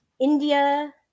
India